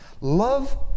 Love